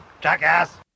jackass